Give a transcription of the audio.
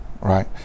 right